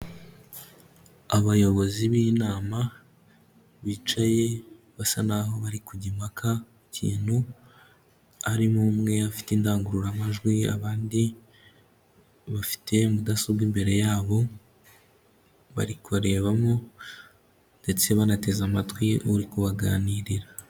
Abayobozi b'inama bicaye basa n'aho bari kujya impaka ku kintu, harimo umwe afite indangururamajwi, abandi bafite mudasobwa imbere yabo, bari kurebamo ndetse banateze amatwi uri kubaganirira.